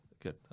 Good